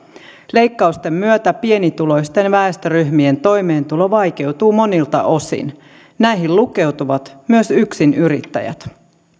leikkausten myötä pienituloisten väestöryhmien toimeentulo vaikeutuu monilta osin näihin lukeutuvat myös yksinyrittäjät